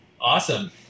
Awesome